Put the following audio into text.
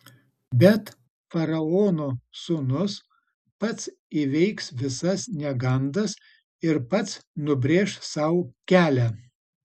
bet faraono sūnus pats įveiks visas negandas ir pats nubrėš sau kelią